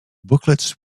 booklets